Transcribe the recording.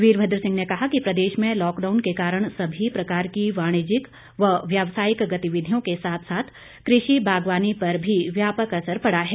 वीरभद्र सिंह ने कहा कि प्रदेश में लॉकडाउन के कारण सभी प्रकार की वाणिज्यिक व व्यवसायिक गतिविधियों के साथ साथ कृषि बागवानी पर भी व्यापक असर पड़ा है